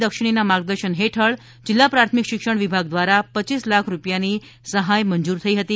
દક્ષિણીનાં માર્ગદર્શન હેઠળ જિલ્લા પ્રાથમિક શિક્ષણ વિભાગ દ્વારા પચ્યીસ લાખની સહાય મંજૂર થઈ હતી